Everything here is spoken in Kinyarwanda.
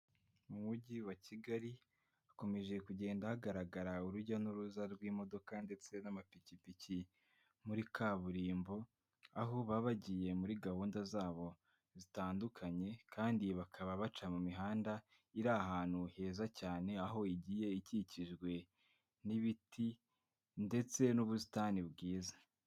Mu mujyi wa kigali hakomeje kugenda hagaragara urujya n'uruza rw'imodoka ndetse n'amapikipiki muri kaburimbo aho baba bagiye muri gahunda zabo zitandukanye kandi bakaba baca mu mihanda iri ahantu heza cyane aho igiye ikikijwe n'ibiti ndetse n'ubusitani bwiza.